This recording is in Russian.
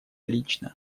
лично